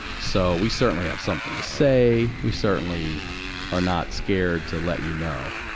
so, we certainly have something to say. we certainly are not scared to let you know.